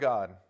God